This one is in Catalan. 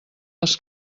les